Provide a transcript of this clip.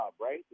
right